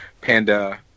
Panda